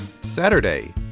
Saturday